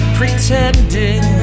pretending